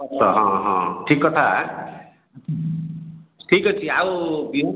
ହଁ ହଁ ଠିକ୍ କଥା ଠିକ୍ ଅଛି ଆଉ ବିହନ